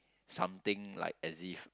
something like as if